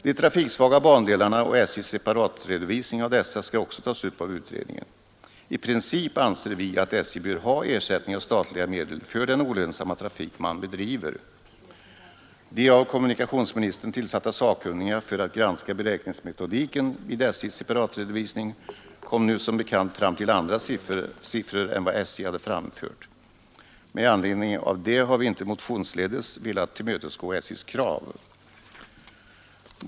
De trafiksvaga bandelarna och SJ:s separatredovisningar av dessa skall också tas upp av utredningen. I princip anser vi att SJ bör ha ersättning av statliga medel för den olönsamma trafik som företaget bedriver. De sakkunniga som tillsatts av kommunikationsministern för att granska beräkningsmetodiken vid SJ:s separatredovisning kom som bekant fram till andra siffror än vad SJ hade framfört. Med anledning av detta har vi inte motionsledes velat tillmötesgå SJ:s krav.